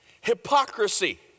hypocrisy